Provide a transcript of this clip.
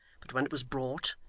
but when it was brought,